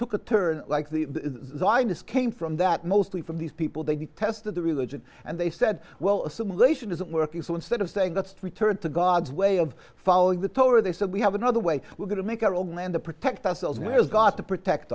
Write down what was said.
took a turn like the wind is came from that mostly from these people they detested the religion and they said well assimilation isn't working so instead of saying that we turned to god's way of following the torah they said we have another way we're going to make our own land to protect ourselves and he's got to protect